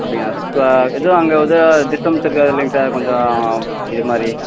அப்படிங்களா க எதுவும் அங்கே எதுவும் டிஸ்டபன்ஸ் இருக்காதில்லைங்க சார் கொஞ்சம் இது மாதிரி